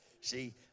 See